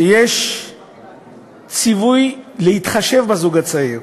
יש ציווי להתחשב בזוג הצעיר